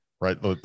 right